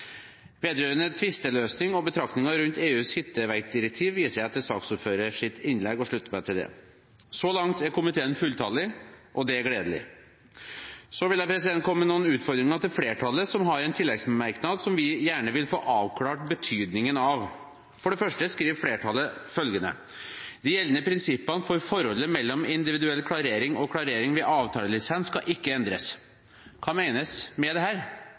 gjelder tvisteløsning og betraktninger rundt EUs hitteverkdirektiv, viser jeg til saksordførerens innlegg og slutter meg til det. Så langt er komiteen enstemmig, og det er gledelig. Så vil jeg komme med noen utfordringer til flertallet, som har en tilleggsmerknad, som vi gjerne vil få avklart betydningen av. For det første skriver flertallet følgende: de gjeldende prinsippene for forholdet med individuell klarering og klarering ved avtalelisens skal ikke endres.» Hva menes med dette? Det